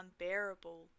unbearable